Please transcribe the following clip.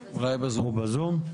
בזום,